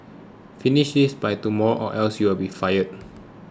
finish this by tomorrow or else you'll be fired